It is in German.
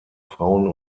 frauen